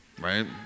right